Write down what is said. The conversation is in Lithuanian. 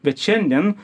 bet šiandien